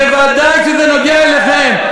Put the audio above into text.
בוודאי כשזה נוגע אליכם.